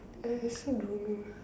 I also don't know